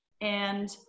And-